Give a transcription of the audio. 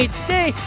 today